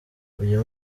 uyu